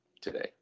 today